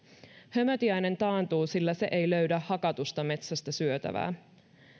hömötiainen taantuu sillä se ei löydä hakatusta metsästä syötävää